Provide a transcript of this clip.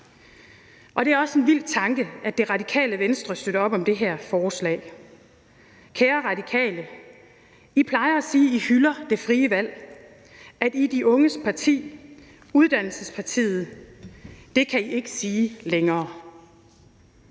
Og det er også en vild tanke, at Radikale Venstre støtter op om den her aftale. Kære Radikale Venstre, I plejer at sige, at I hylder det frie valg, at I er de unges parti, uddannelsespartiet; det kan I ikke sige længere.